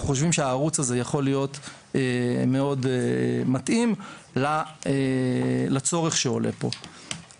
חושבים שהערוץ הזה יכול להיות מאוד מתאים לצורך שעולה פה.